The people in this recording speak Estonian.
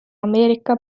ameerika